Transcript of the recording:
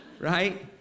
right